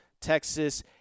Texas